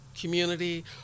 community